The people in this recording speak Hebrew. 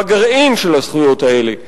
בגרעין של הזכויות האלה,